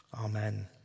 Amen